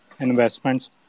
investments